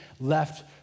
left